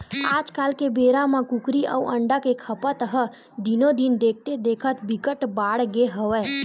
आजकाल के बेरा म कुकरी अउ अंडा के खपत ह दिनो दिन देखथे देखत बिकट बाड़गे हवय